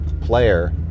player